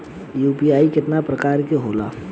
UPI केतना प्रकार के होला?